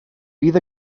fydd